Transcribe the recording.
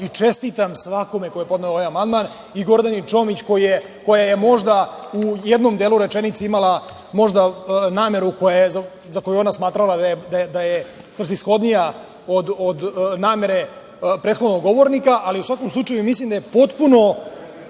i čestitam svakome ko je podneo ovaj amandman i Gordani Čomić, koja je možda u jednom delu rečenice imala možda nameru za koju je ona smatrala da je svrsishodnija od namere prethodnog govornika.U svakom slučaju, mislim da je potpuno